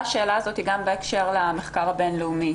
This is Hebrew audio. השאלה הזאת גם בהקשר למחקר הבין לאומי.